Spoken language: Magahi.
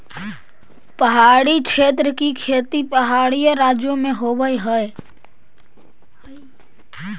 पहाड़ी क्षेत्र की खेती पहाड़ी राज्यों में होवअ हई